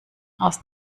aus